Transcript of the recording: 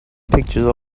pictures